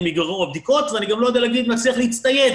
ייגמרו הבדיקות ואני גם לא יודע להגיע אם נצליח להצטייד